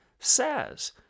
says